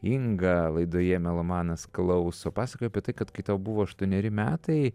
ingą laidoje melomanas klauso pasakojai apie tai kad kai tau buvo aštuoneri metai